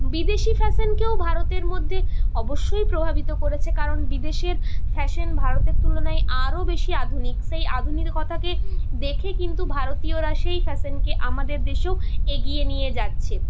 বিদেশি ফ্যাশনকেও ভারতের মধ্যে অবশ্যই প্রভাবিত করেছে কারণ বিদেশের ফ্যাশন ভারতের তুলনায় আরও বেশি আধুনিক সেই আধুনিকতাকে দেখে কিন্তু ভারতীয়রা সেই ফ্যাশনকে আমাদের দেশেও এগিয়ে নিয়ে যাচ্ছে